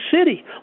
City